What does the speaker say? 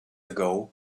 ago